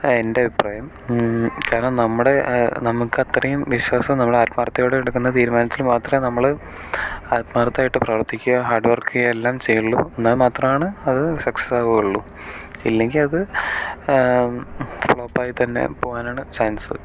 എൻ്റെ അഭിപ്രായം കാരണം നമ്മുടെ നമുക്ക് അത്രയും വിശ്വാസം നമ്മൾ ആത്മാർത്ഥതയോടെ എടുക്കുന്ന തീരുമാനത്തിൽ മാത്രമേ നമ്മൾ ആത്മാർത്ഥമായിട്ട് പ്രവർത്തിക്കുകയും ഹാർഡ് വർക്ക് ചെയ്യുകയും എല്ലാം ചെയ്യുള്ളൂ എന്നാൽ മാത്രമാണ് അത് സക്സസ്സ് ആവുള്ളൂ ഇല്ലെങ്കിൽ അത് ഫ്ലോപ്പായിത്തന്നെ പോവാനാണ് ചാൻസ്